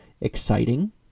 exciting